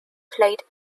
played